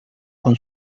con